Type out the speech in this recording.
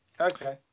Okay